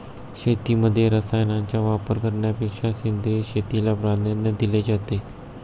शेतीमध्ये रसायनांचा वापर करण्यापेक्षा सेंद्रिय शेतीला प्राधान्य दिले जाते